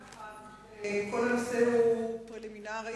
מאחר שכל הנושא הוא פרלימינרי.